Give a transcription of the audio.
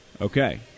Okay